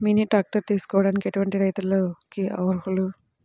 Mini tractor తీసుకోవడానికి ఎటువంటి రైతులకి అర్హులు?